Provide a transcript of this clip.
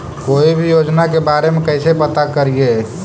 कोई भी योजना के बारे में कैसे पता करिए?